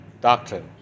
doctrine